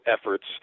efforts